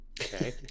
Okay